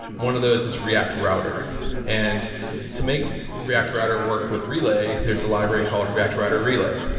one of those is react router and to make react router work with relay there's a library called react router relay.